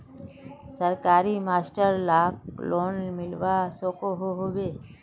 सरकारी मास्टर लाक लोन मिलवा सकोहो होबे?